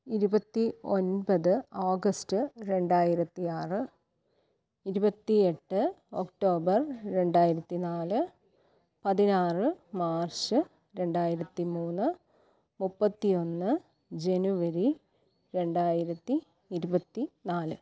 ഇരുപത്തി ഒൻപത് ഓഗസ്റ്റ് രണ്ടായിരത്തി ആറ് ഇരുപത്തി എട്ട് ഒക്ടോബർ രണ്ടായിരത്തി നാല് പതിനാറ് മാർച്ച് രണ്ടായിരത്തി മൂന്ന് മുപ്പത്തി ഒന്ന് ജനുവരി രണ്ടായിരത്തി ഇരുപത്തി നാല്